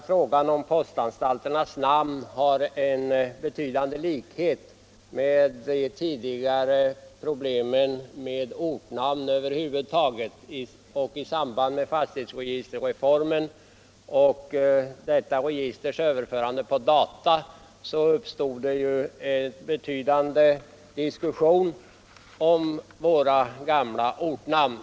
Frågan om postanstalternas namn har betydande likhet med en fråga som uppkom i samband med fastighetsregistrets överförande på data. Då fördes en livlig diskussion om våra gamla ortnamn.